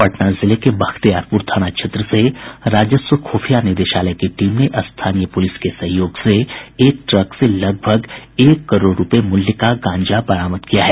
पटना जिले के बख्तियारपुर थाना क्षेत्र से राजस्व खुफिया निदेशालय की टीम ने स्थानीय पुलिस के सहयोग से एक ट्रक से लगभग एक करोड़ रूपये मूल्य का गांजा बरामद किया है